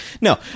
No